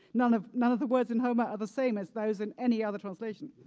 none of none of the words in homer are the same as those in any other translation.